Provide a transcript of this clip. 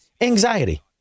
anxiety